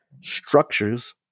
structures